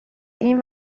این